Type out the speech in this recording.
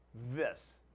this.